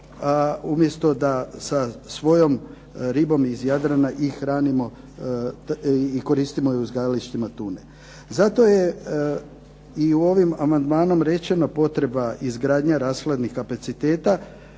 umjesto da sa svojom ribom iz Jadrana i hranimo i koristimo je u uzgajalištima tune. Zato je i ovim amandmanom rečeno potreba izgradnja rashladnih kapaciteta